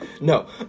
No